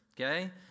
Okay